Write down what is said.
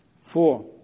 Four